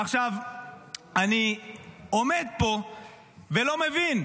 ועכשיו אני עומד פה ולא מבין.